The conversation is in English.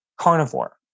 carnivore